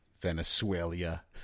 Venezuela